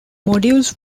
modules